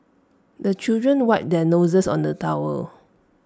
the children wipe their noses on the towel